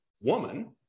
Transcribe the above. woman